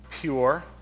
pure